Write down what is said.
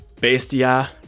bestia